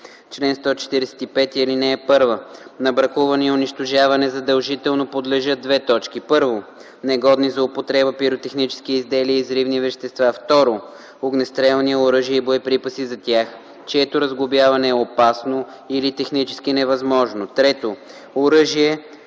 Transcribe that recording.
„Чл. 145. (1) На бракуване и унищожаване задължително подлежат: 1. негодни за употреба пиротехнически изделия и взривни вещества; 2. огнестрелни оръжия и боеприпаси за тях, чието разглобяване е опасно или технически невъзможно; 3. оръжия,